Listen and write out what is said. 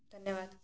धन्यवाद